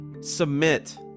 submit